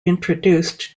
introduced